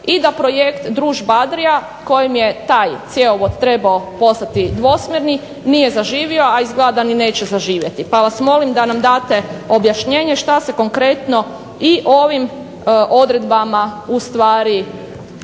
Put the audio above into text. i da projekt "Družba ADRIA" kojim je taj cjevovod trebao postati dvosmjerni nije zaživio, a izgleda da ni neće zaživjeti. Pa vas molim da nam date objašnjenje što se konkretno i ovim odredbama ustvari